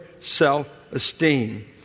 self-esteem